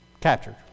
Captured